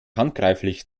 handgreiflich